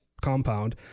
compound